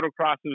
motocrosses